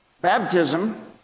Baptism